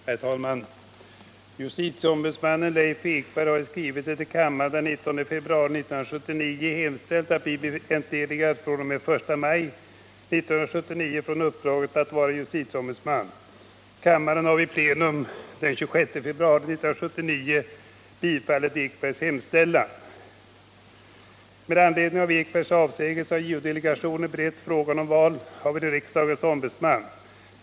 Herr talman! Justitieombudsmannen Leif Ekberg har i skrivelse till kammaren den 19 februari 1979 hemställt att bli entledigad fr.o.m. den I maj 1979 från uppdraget att vara justitieombudsman. Kammaren har vid plenum den 26 februari 1979 bifallit Leif Ekbergs hemställan. Med anledning av Leif Ekbergs avsägelse har JO-delegationen berett frågan om val av en riksdagens ombudsman.